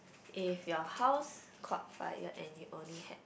if your house caught fire and you only had